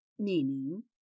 Meaning